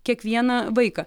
kiekvieną vaiką